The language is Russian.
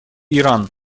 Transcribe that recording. иран